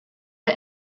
der